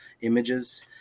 images